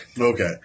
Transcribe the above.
okay